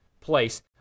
place